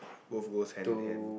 both goes hand in hand